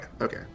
okay